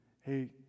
Hey